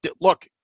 look